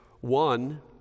one